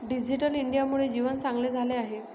digital इंडियामुळे जीवन चांगले झाले आहे